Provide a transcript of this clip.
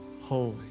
holy